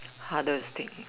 harder to think